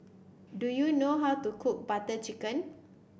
do you know how to cook Butter Chicken